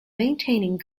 maintaining